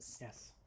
yes